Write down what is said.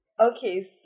okay